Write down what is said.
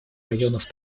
районов